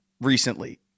recently